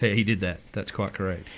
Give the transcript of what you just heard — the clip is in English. he did that, that's quite correct.